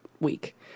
week